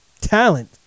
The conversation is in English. talent